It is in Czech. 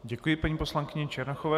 Děkuji paní poslankyni Černochové.